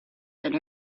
that